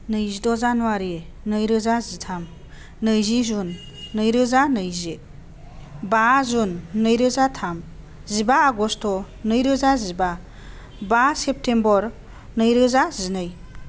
नैजिद' जानुवारी नैरोजा जिथाम नैजि जुन नैरोजा नैजि बा जुन नैरोजा थाम जिबा आगष्ट' नैरोजा जिबा बा सेप्तेम्बर नैरोजा जिनै